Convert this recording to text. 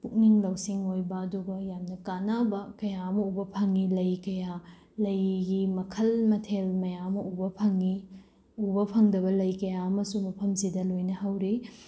ꯄꯨꯛꯅꯤꯡ ꯂꯧꯁꯤꯡ ꯑꯣꯏꯕ ꯑꯗꯨꯒ ꯌꯥꯝꯅ ꯀꯥꯟꯅꯕ ꯀꯌꯥ ꯑꯃ ꯎꯕ ꯐꯪꯉꯤ ꯂꯩ ꯀꯌꯥ ꯂꯩꯒꯤ ꯃꯈꯜ ꯃꯊꯦꯜ ꯃꯌꯥꯝꯃ ꯎꯕ ꯐꯪꯉꯤ ꯎꯕ ꯐꯪꯗꯕ ꯂꯩ ꯀꯌꯥ ꯑꯃꯁꯨ ꯃꯐꯝꯁꯤꯗ ꯂꯣꯏꯅ ꯍꯧꯔꯤ